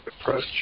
approach